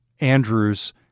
Andrew's